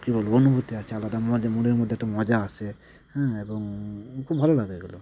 কী বলব অনুভূতি আছে আলাদা মজা মনের মধ্যে একটা মজা আসে হ্যাঁ এবং খুব ভালো লাগে এগুলো